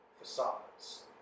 facades